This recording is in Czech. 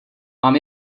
mám